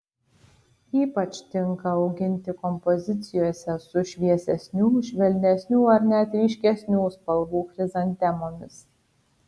ypač tinka auginti kompozicijose su šviesesnių švelnesnių ar net ryškesnių spalvų chrizantemomis